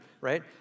Right